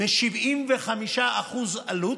ב-75% עלות,